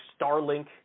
Starlink